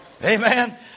Amen